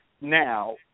now